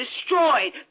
destroyed